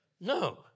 No